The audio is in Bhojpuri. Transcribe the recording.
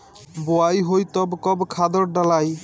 बोआई होई तब कब खादार डालाई?